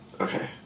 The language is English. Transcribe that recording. Okay